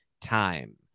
time